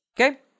Okay